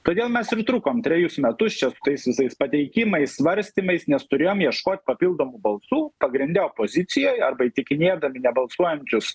todėl mes ir trukom trejus metus čia su tais visais pateikimais svarstymais nes turėjom ieškot papildomų balsų pagrinde opozicijoj arba įtikinėdami nebalsuojančius